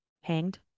hanged